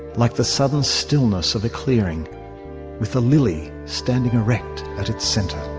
like the sudden stillness of a clearing with a lily standing erect at its centre.